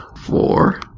four